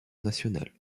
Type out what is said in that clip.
national